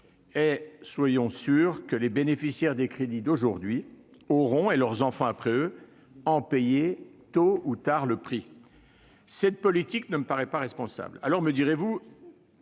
Et soyons sûrs que les bénéficiaires des crédits d'aujourd'hui, et leurs enfants après eux, auront à en payer tôt ou tard le prix. Cette politique ne me paraît pas responsable. Alors, me direz-vous,